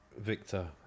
Victor